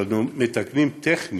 אבל אנחנו מתקנים טכנית.